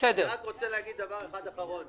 אני בקשר עם אדיר,